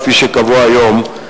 כפי שקבוע היום,